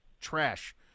trash